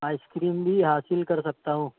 ice cream بھی حاصل کر سکتا ہوں